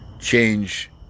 change